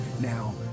now